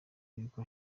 y’uko